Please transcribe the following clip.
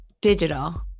Digital